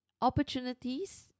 opportunities